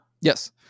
Yes